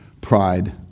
pride